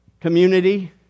community